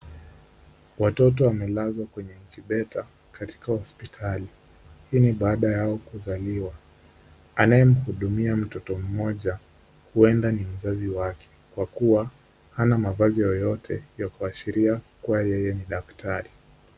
Watoto wamelazwa kwenye incubator katika hospitali. Hii ni baada yao kuzaliwa, anayemhudumia mtoto mmoja huenda ni mzazi wake kwa kuwa hana mavazi yoyote kuashiria kuwa yeye ni daktari.